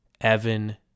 Evan